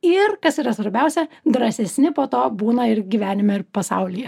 ir kas yra svarbiausia drąsesni po to būna ir gyvenime ir pasaulyje